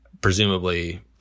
presumably